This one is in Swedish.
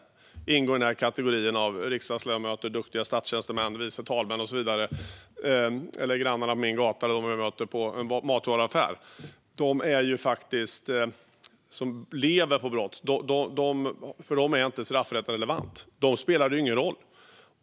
De ingår liksom inte i kategorin riksdagsledamöter, duktiga statstjänstemän, vice talmän och så vidare eller grannarna på min gata och dem man möter i matvaruaffären. Då spelar allt detta ingen roll.